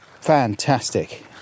fantastic